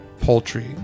poultry